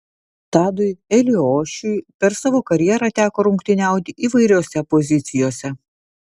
tadui eliošiui per savo karjerą teko rungtyniauti įvairiose pozicijose